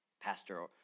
Pastor